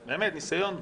באמת, ניסיון.